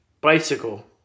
bicycle